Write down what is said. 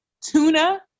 tuna